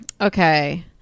Okay